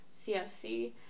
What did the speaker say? CSC